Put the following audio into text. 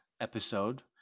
episode